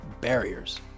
barriers